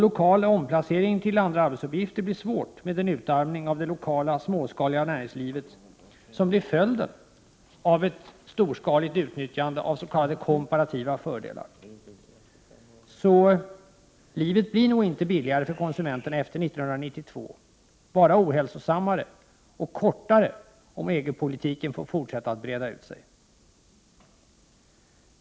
Lokal omplacering till andra arbetsuppgifter blir svårt med den utarmning av det lokala småskaliga näringslivet som blir följden av ett storskaligt utnyttjande av s.k. komparativa fördelar. Så livet blir nog inte billigare för konsumenterna efter 1992, bara ohälsosammare och kortare, om EG-politiken får fortsätta att breda ut sig.